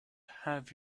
have